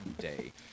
day